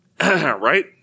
right